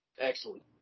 Excellent